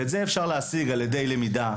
את זה אפשר להשיג על ידי למידה,